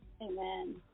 Amen